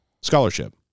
scholarship